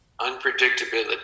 unpredictability